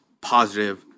positive